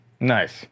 Nice